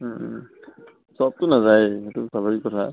চবটো নাযায় সেইটো স্বাভাবিক কথা